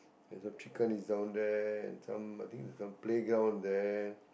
there is a pecan is down there and some I think there is some playground there